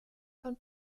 von